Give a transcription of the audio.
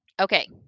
okay